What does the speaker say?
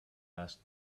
asked